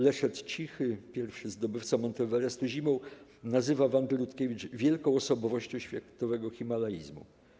Leszek Cichy - pierwszy zdobywca Mount Everestu zimą, nazywa Wandę Rutkiewicz wielką osobowością światowego himalaizmu.